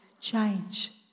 change